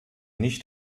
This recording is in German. nicht